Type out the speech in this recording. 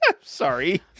sorry